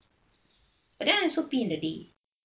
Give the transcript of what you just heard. but then I should pee in the day